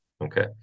Okay